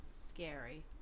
scary